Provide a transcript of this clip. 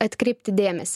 atkreipti dėmesį